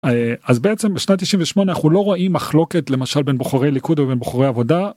אז בעצם בשנת 98 אנחנו לא רואים מחלוקת למשל בין בוחרי ליכוד ובין בוחרי עבודה.